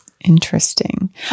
Interesting